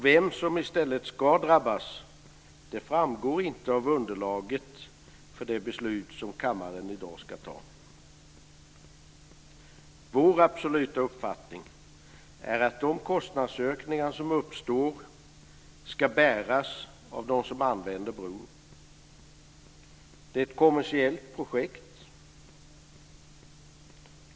Vem som i stället ska drabbas framgår inte av underlaget för det beslut som kammaren i dag ska fatta. Vår absoluta uppfattning är att de kostnadsökningar som uppstår ska bäras av dem som använder bron. Det är ett kommersiellt projekt.